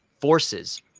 forces